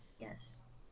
yes